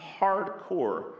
hardcore